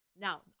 Now